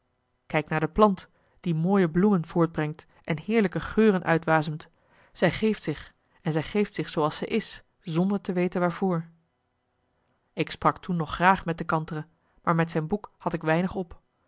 kijk naar de plant die mooie bloemen voortbrengt en heerlijke geuren uitwasemt zij geeft zich en zij geeft zich zooals zij is zonder te weten waarvoor ik sprak toen nog graag met de kantere maar met zijn boek had ik weinig op